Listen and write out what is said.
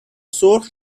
سرخ